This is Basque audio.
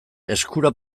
eskura